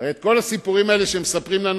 את כל הסיפורים האלה שמספרים לנו,